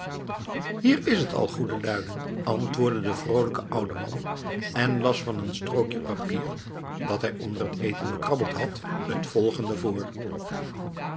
hier is het al goede luiden antwoordde de vroolijke oude man en las van een strookje papier dat hij onder het eten bekrabbeld had het volgende voor